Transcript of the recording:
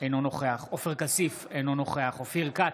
אינו נוכח עופר כסיף, אינו נוכח אופיר כץ,